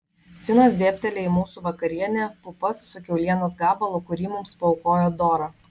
finas dėbteli į mūsų vakarienę pupas su kiaulienos gabalu kurį mums paaukojo dora